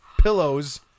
pillows